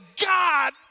God